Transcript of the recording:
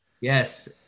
Yes